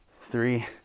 three